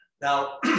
now